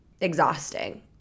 exhausting